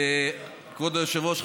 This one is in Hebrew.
כבוד היושבת-ראש,